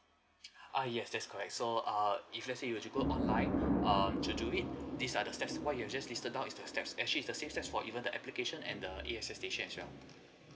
uh yes that's correct so err if let's say you want to go online err to do it these are the steps what you have just listed down is the step actually is the same step for even the application and the A_X_S station as well